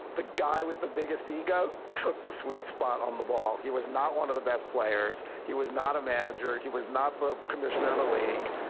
the guy with the biggest ego took the sweet spot on the ball. he was not one of the best players. he was not a manager. he was not the commissioner of the league.